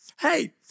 hey